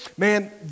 Man